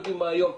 היום,